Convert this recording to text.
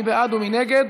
מי בעד ומי נגד?